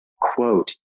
quote